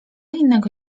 innego